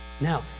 Now